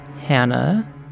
Hannah